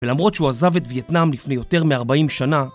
ולמרות שהוא עזב את וייטנאם לפני יותר מ-40 שנה